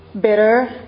bitter